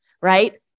right